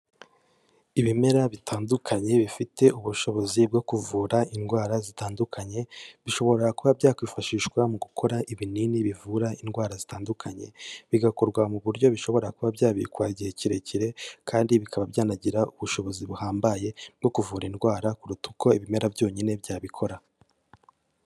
Ibimera bitandukanye bifite ubushobozi bwo kuvura indwara zitandukanye, bishobora kuba byakwifashishwa mu gukora ibinini bivura indwara zitandukanye, bigakorwa mu buryo bishobora kuba byabikwa igihe kirekire kandi bikaba byanagira ubushobozi buhambaye bwo kuvura indwara kuruta uko ibimera byonyine byabikora.